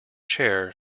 chair